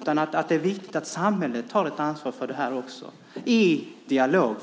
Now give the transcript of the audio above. I stället är det viktigt att samhället också tar ett ansvar för detta, förvisso i en dialog